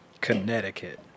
Connecticut